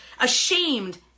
ashamed